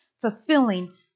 fulfilling